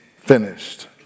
finished